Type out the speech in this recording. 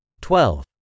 twelve